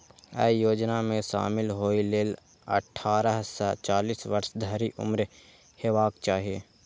अय योजना मे शामिल होइ लेल अट्ठारह सं चालीस वर्ष धरि उम्र हेबाक चाही